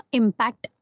impact